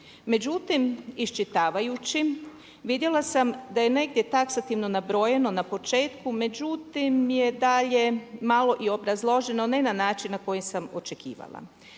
Međutim, iščitavajući vidjela sam da je negdje taksativno nabrojano na početku međutim je dalje malo i obrazložena ne na način na koji sam očekivala.